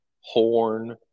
horn